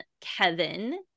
Kevin